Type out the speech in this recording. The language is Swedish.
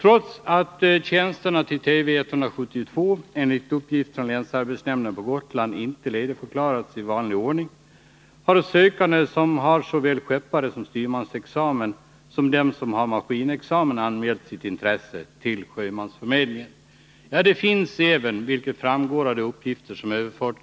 Trots att tjänsterna till Tv 172 enligt uppgift från länsarbetsnämnden på Gotland inte har ledigförklarats i vanlig ordning har sökande med skeppar-, styrmanseller maskinexamen redan anmält sitt intresse till sjömansförmedlingen. Ja, det finns även, vilket framgår av de uppgifter som har